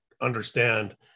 understand